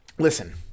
Listen